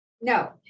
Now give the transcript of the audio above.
No